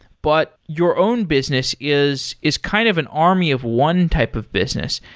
but your own business is is kind of an army of one type of business.